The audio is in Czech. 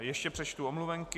Ještě přečtu omluvenky.